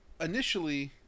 Initially